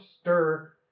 stir